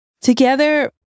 Together